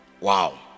wow